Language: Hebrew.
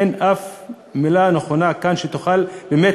אין אף מילה נכונה כאן שתוכל באמת